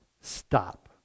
stop